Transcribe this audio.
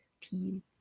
team